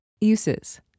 Uses